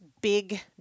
big